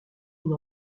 une